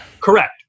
Correct